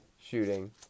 shooting